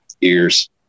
ears